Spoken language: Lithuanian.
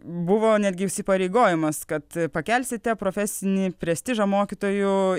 buvo netgi įsipareigojimas kad pakelsite profesinį prestižą mokytojų